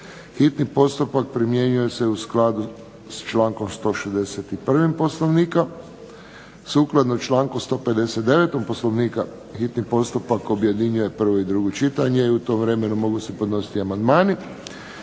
Hitni postupak primjenjuje se u skladu s člankom 161. Poslovnika. Sukladno članku 159. Poslovnika hitni postupak objedinjuje prvo i drugo čitanje i u tom vremenu mogu se podnositi amandmani.